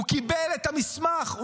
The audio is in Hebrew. הוא קיבל את המסמך.